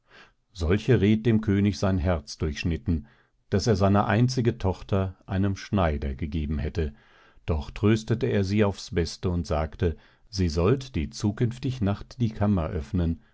solche red dem könig sein herz durchschnitten daß er seine einzige tochter einem schneider gegeben hätte doch tröstete er sie aufs beste und sagte sie sollt die zukünftig nacht die kammer öffnen